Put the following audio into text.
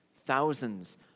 Thousands